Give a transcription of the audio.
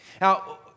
Now